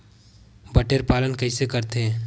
बटेर पालन कइसे करथे?